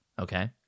Okay